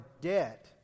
debt